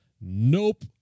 nope